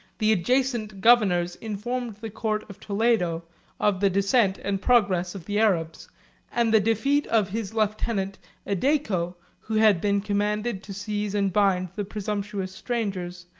the adjacent governors informed the court of toledo of the descent and progress of the arabs and the defeat of his lieutenant edeco, who had been commanded to seize and bind the presumptuous strangers,